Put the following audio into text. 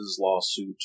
lawsuit